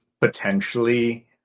potentially